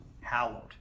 hallowed